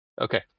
Okay